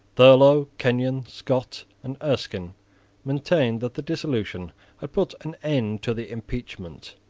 thurlow, kenyon, scott, and erskine maintained that the dissolution had put an end to the impeachment.